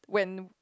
when